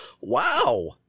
Wow